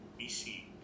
bc